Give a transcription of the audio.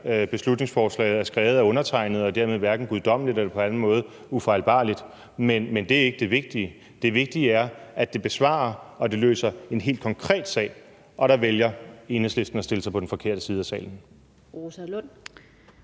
beslutningsforslag er skrevet af undertegnede og dermed hverken er guddommeligt eller på anden måde ufejlbarligt. Men det er ikke det vigtige. Det vigtige er, at det besvarer og løser en helt konkret sag. Og der vælger Enhedslisten at stille sig på den forkerte side i salen. Kl.